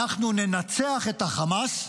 אנחנו ננצח את החמאס.